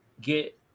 get